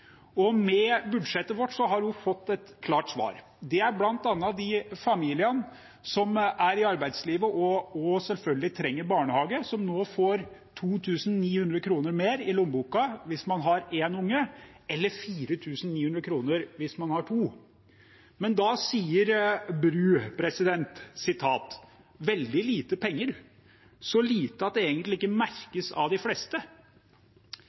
Med budsjettet vårt har hun fått et klart svar: Det er bl.a. de familiene som er i arbeidslivet og selvfølgelig trenger barnehage, som nå får 2 900 kr mer i lommeboka hvis de har ett barn, eller 4 900 kr hvis de har to. Men da sier Bru «veldig lite penger, så lite at det egentlig ikke merkes av de fleste».